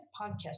podcast